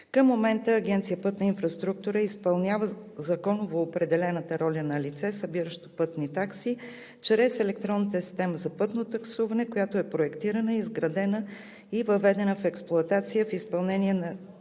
Към момента Агенция „Пътна инфраструктура“ изпълнява законово определената роля на лице, събиращо пътни такси чрез електронната система за пътно таксуване, която е проектирана, изградена и въведена в експлоатация в изпълнение на